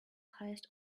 highest